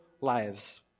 lives